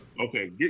Okay